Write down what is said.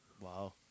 Wow